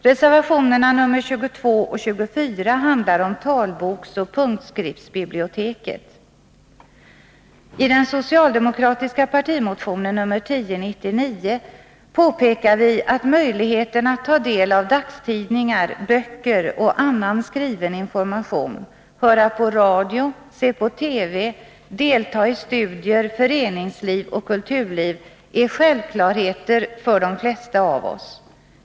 Reservationerna nr 22 och 24 handlar om talboksoch punktskriftsbiblioteket. I den socialdemokratiska partimotionen nr 1099 påpekar vi att möjligheten att ta del av dagstidningar, böcker och annan skriven information, höra på radio, se på TV och delta i studier, föreningsliv och kulturliv är självklarheter för de flesta av oss.